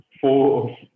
Four